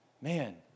man